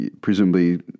presumably